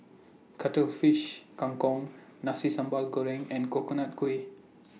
Cuttlefish Kang Kong Nasi Sambal Goreng and Coconut Kuih